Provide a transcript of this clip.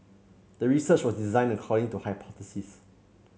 the research was designed according to hypothesis